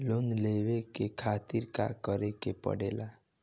Loan लेवे के खातिर का करे के पड़ेला?